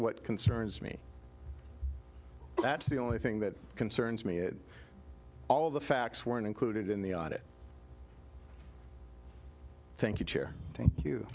what concerns me that's the only thing that concerns me all the facts weren't included in the audit thank you cha